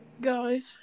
Guys